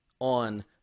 on